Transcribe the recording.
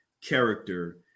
character